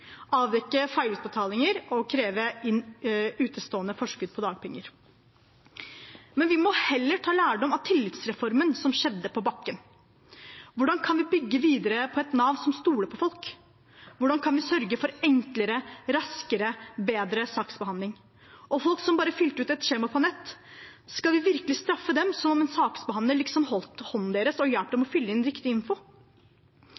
avdekke feilutbetalinger og kreve inn utestående forskudd på dagpenger. Vi må heller ta lærdom av tillitsreformen på bakken. Hvordan kan vi bygge videre på et Nav som stoler på folk? Hvordan kan vi sørge for enklere, raskere og bedre saksbehandling? Når det gjelder folk som bare fylte ut et skjema på nett, skal vi virkelig straffe dem som om en saksbehandler liksom holdt hånden deres og hjalp dem